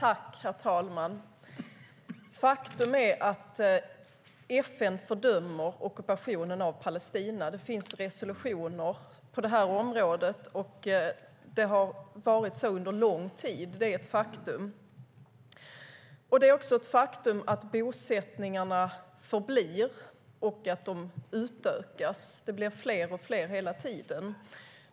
Herr talman! Faktum är att FN fördömer ockupationen av Palestina. Det finns resolutioner på det området. Det har varit så under lång tid. Det är ett faktum. Det är också ett faktum att bosättningarna finns kvar och att de utökas. Det blir fler och fler hela tiden.